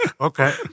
Okay